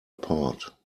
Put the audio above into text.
apart